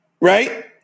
Right